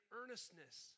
earnestness